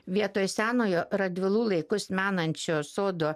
vietoj senojo radvilų laikus menančio sodo